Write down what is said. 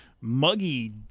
muggy